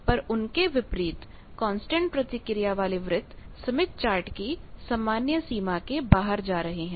पर उनके विपरीत कांस्टेंट प्रतिक्रिया वाले वृत्त स्मिथ चार्ट की सामान्य सीमा के बाहर जा रहे हैं